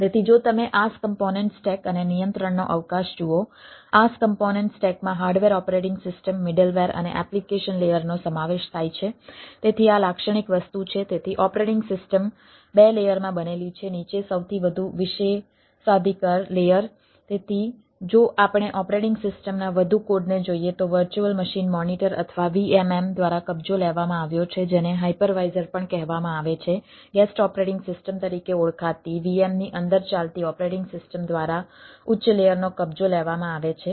તેથી જો તમે IaaS component stack operating system તરીકે ઓળખાતી VM ની અંદર ચાલતી ઓપરેટિંગ સિસ્ટમ દ્વારા ઉચ્ચ લેયરનો કબજો લેવામાં આવે છે